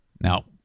Now